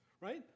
right